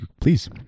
please